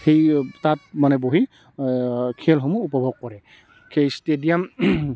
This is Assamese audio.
সেই তাত মানে বহি খেলসমূহ উপভোগ কৰে ষ্টেডিয়াম